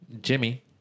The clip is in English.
Jimmy